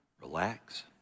Relax